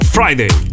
Friday